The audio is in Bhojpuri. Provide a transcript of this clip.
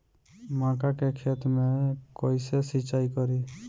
मका के खेत मे कैसे सिचाई करी?